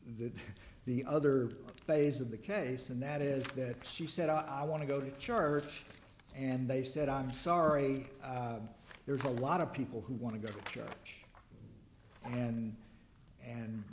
the other phase of the case and that is that she said i want to go to church and they said i'm sorry there's a lot of people who want to go to church and and